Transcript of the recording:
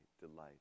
delight